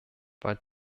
war